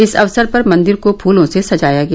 इस अवसर पर मंदिर को फूलों से सजाया गया